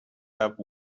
have